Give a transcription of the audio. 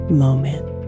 moment